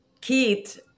Keith